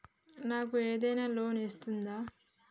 నాకు ఏదైనా లోన్ వస్తదా?